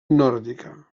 nòrdica